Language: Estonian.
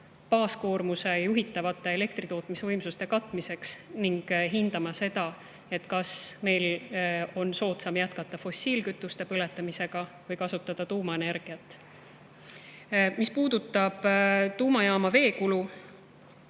katmiseks juhitavate elektritootmisvõimsustega, ning hindama, kas meil on soodsam jätkata fossiilkütuste põletamist või kasutada tuumaenergiat. Mis puudutab tuumajaama veekulu,